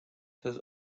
his